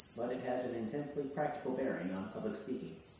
but it has an intensely practical bearing on public speaking,